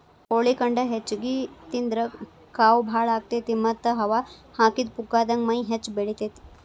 ಕೋಳಿ ಖಂಡ ಹೆಚ್ಚಿಗಿ ತಿಂದ್ರ ಕಾವ್ ಬಾಳ ಆಗತೇತಿ ಮತ್ತ್ ಹವಾ ಹಾಕಿದ ಪುಗ್ಗಾದಂಗ ಮೈ ಹೆಚ್ಚ ಬೆಳಿತೇತಿ